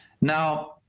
Now